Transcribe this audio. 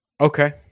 Okay